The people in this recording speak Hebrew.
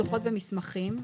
דוחות ומסמכים,